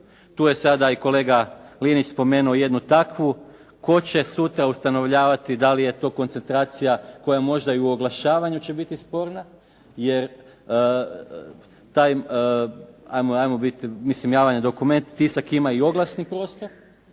Tu je i sada kolega Linić spomenuo jednu takvu, tko će sutra ustanovljavati dali je to koncentracija koja možda i u oglašavanju će biti sporna, jer taj 'ajmo, biti, mislim javan je